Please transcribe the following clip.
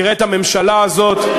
תראה את הממשלה הזאת,